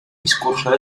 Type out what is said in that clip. discurso